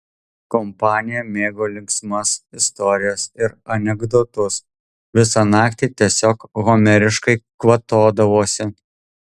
kompanija mėgo linksmas istorijas ir anekdotus visą naktį tiesiog homeriškai kvatodavosi